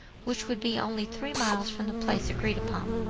which would be only three miles from the place agreed upon.